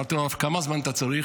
אמרתי לו: הרב, כמה זמן אתה צריך?